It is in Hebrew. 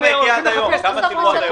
הם הולכים לחפש תרופות.